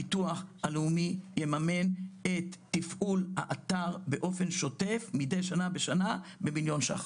הביטוח הלאומי יממן את תפעול האתר באופן שוטף מדי שנה בשנה במליון ש"ח.